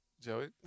Joey